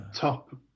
top